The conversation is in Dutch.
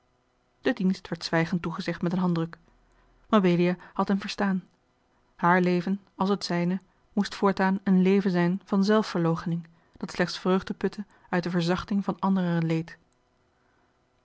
de dienst werd zwijgend toegezegd met een handdruk mabelia had hem verstaan haar leven als het zijne moest voortaan een leven zijn van zelfverloochening dat slechts vreugde putte uit de verzachting van anderer leed